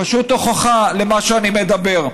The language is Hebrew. פשוט הוכחה למה שאני מדבר.